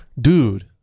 Dude